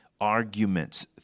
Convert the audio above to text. arguments